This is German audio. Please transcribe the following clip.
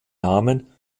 namen